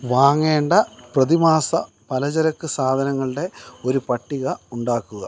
വാങ്ങേണ്ട പ്രതിമാസ പലചരക്ക് സാധനങ്ങളുടെ ഒരു പട്ടിക ഉണ്ടാക്കുക